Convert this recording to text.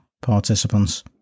participants